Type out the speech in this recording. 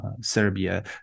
Serbia